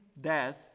death